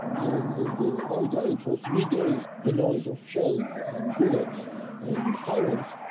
and the ongoing, for three days, the noise of shells and bullets and sirens,